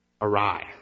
awry